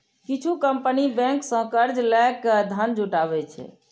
किछु company bank सं कर्ज लए के धन जुटाबै छै